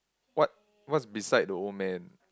what what's beside the old man